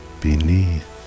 beneath